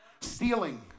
Stealing